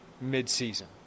mid-season